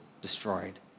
destroyed